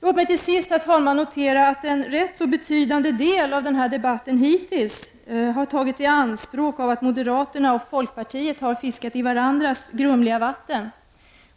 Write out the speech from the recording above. Låt mig till sist, herr talman, notera att en rätt betydande del av debatten hittills har tagits i anspråk av att moderaterna och folkpartiet har fiskat i varandras grumliga vatten.